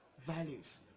values